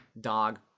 dog